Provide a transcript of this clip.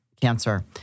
Cancer